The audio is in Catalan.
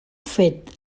fet